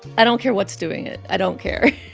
i don't care what's doing it. i don't care